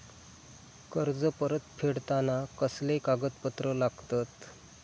कर्ज परत फेडताना कसले कागदपत्र लागतत?